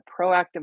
proactive